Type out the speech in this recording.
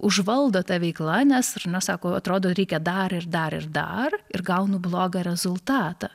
užvaldo ta veikla nes ar ne sako atrodo reikia dar ir dar ir dar ir gaunu blogą rezultatą